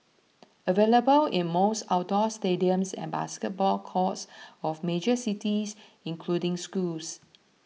available in most outdoor stadiums and basketball courts of major cities including schools